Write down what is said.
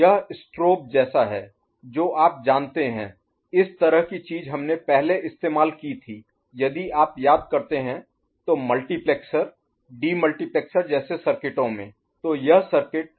यह स्ट्रोब जैसा है जो आप जानते हैं इस तरह की चीज हमने पहले इस्तेमाल की थी यदि आप याद करते हैं तो मल्टीप्लेक्सर डीमल्टीप्लेक्सेर जैसे सर्किटों में